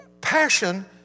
passion